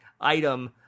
item